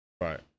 Right